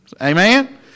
Amen